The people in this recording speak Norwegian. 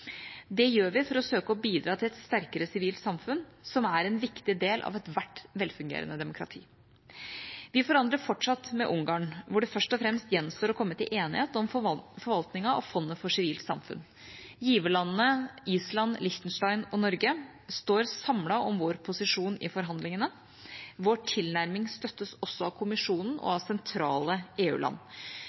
Dette gjør vi for å søke å bidra til et sterkere sivilt samfunn, som er en viktig del av ethvert velfungerende demokrati. Vi forhandler fortsatt med Ungarn, der det først og fremst gjenstår å komme til enighet om forvaltningen av fondet for sivilt samfunn. Giverlandene, Island, Liechtenstein og Norge, står samlet om vår posisjon i forhandlingene. Vår tilnærming støttes også av Kommisjonen og av sentrale